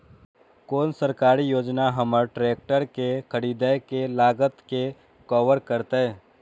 कोन सरकारी योजना हमर ट्रेकटर के खरीदय के लागत के कवर करतय?